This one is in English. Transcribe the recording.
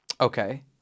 okay